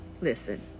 Listen